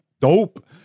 Dope